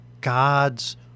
God's